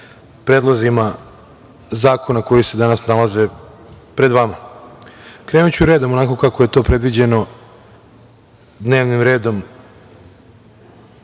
predlozima zakona koji se danas nalaze pred vama. Krenuću redom, onako kako je to predviđeno dnevnim redom